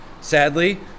Sadly